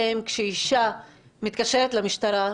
-- כשאישה מתקשרת למשטרה,